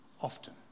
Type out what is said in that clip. often